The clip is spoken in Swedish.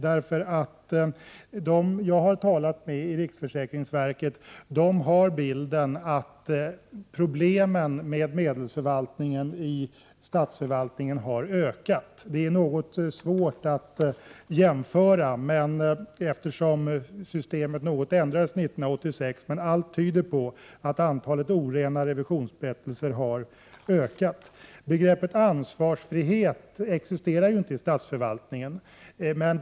De jag har talat med i riksförsäkringsverket har nämligen bilden att problemen med medelsförvaltningen i statsförvaltningen har ökat. Det är litet svårt att göra en jämförelse eftersom systemet ändrades 1986, men allt tyder på att antalet orena revisionsberättelser har ökat. Begreppet ansvarsfrihet existerar inte i statsförvaltningen.